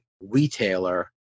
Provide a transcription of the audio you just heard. retailer